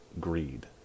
greed